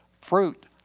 Fruit